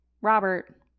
robert